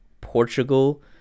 Portugal